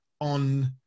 On